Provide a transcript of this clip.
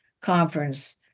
Conference